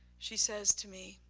she says to me,